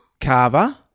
Carver